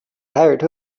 凯尔